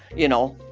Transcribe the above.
you know,